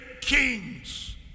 kings